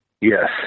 Yes